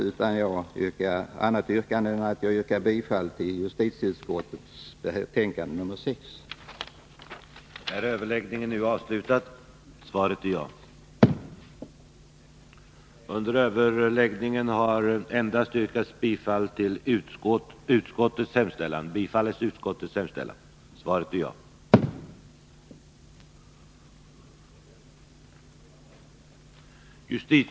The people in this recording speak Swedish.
Jag har inget annat yrkande än bifall till justitieutskottets hemställan i dess betänkande nr 6.